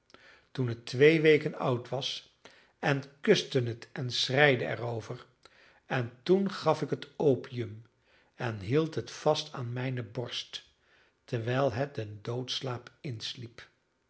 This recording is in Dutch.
toen het twee weken oud was en kuste het en schreide er over en toen gaf ik het opium en hield het vast aan mijne borst terwijl het den doodsslaap insliep